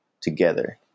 together